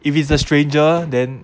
if it's the stranger then